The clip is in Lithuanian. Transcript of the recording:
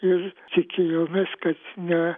ir tikėjomės kad ne